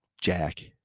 Jack